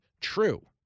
true